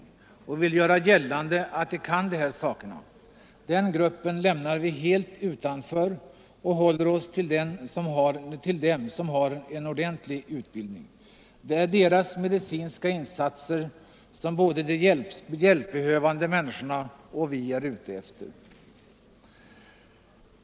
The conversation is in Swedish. De kiropraktorerna vill göra gällande att de kan de här sakerna, men den gruppen lämnar vi helt utanför och håller oss till dem som har en ordentlig utbildning. Det är deras medicinska insatser som både de hjälpbehövande människorna och vi är ute efter.